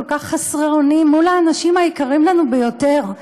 כך חסרי אונים מול האנשים היקרים לנו ביותר,